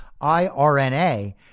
IRNA